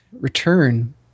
return